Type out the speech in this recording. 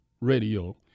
Radio